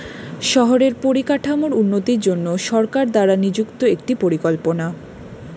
শহরের পরিকাঠামোর উন্নতির জন্য সরকার দ্বারা নিযুক্ত একটি পরিকল্পনা